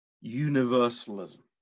universalism